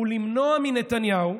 הוא למנוע מנתניהו,